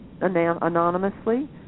anonymously